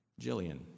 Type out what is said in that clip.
Jillian